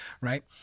right